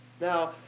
Now